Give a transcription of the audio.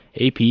AP